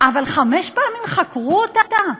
אבל חמש פעמים חקרו אותה,